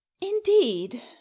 indeed